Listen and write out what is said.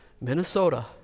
Minnesota